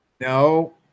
No